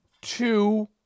Two